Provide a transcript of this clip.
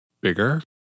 bigger